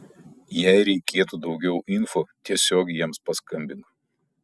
jei reikėtų daugiau info tiesiog jiems paskambink